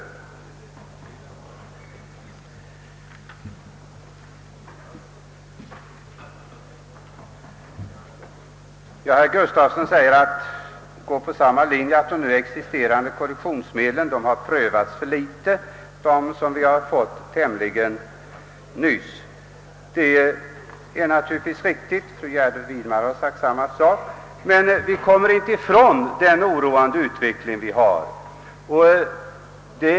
Herr Gustafsson i Borås framhöll, att de nya korrektionsmedlen hade prövats för litet, och fru Gärde Widemar har varit inne på samma linje. Det är natur ligtvis riktigt, men vi kommer inte ifrån den oroande utveckling vi har.